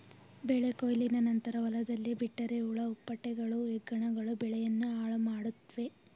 ಬೆಳೆ ಕೊಯ್ಲಿನ ನಂತರ ಹೊಲದಲ್ಲೇ ಬಿಟ್ಟರೆ ಹುಳ ಹುಪ್ಪಟೆಗಳು, ಹೆಗ್ಗಣಗಳು ಬೆಳೆಯನ್ನು ಹಾಳುಮಾಡುತ್ವೆ